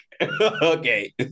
Okay